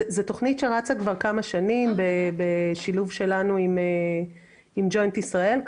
זו תכנית שרצה כבר כמה שנים בשילוב שלנו עם ג'וינט ישראל.